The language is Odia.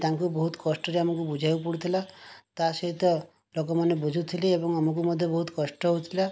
ତାଙ୍କୁ ବହୁତ କଷ୍ଟରେ ଆମକୁ ବୁଝେଇବାକୁ ପଡ଼ୁଥିଲା ତା ସହିତ ଲୋକମାନେ ବୁଝୁଥିଲେ ଏବଂ ଆମକୁ ମଧ୍ୟ ବହୁତ କଷ୍ଟ ହେଉଥିଲା